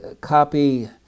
copy